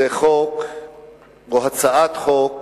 זו הצעת חוק